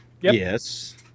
Yes